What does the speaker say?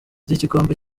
ry’igikombe